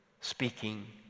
Speaking